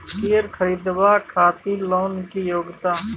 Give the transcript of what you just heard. कैर खरीदवाक खातिर लोन के योग्यता?